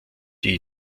die